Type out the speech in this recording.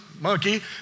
monkey